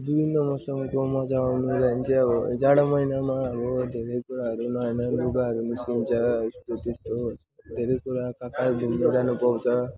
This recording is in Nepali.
विभिन्न मौसममा गाउँमा जाँदा चाहिँ अबो जाडो महिनामा अब धेरै कुराहरू नयाँ नयाँ लुगाहरू निस्किन्छ धेरै कुरा कता घुम्नुजानु पाउँछ